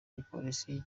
igipolisi